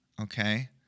okay